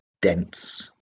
dense